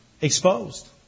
exposed